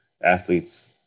athletes